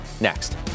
next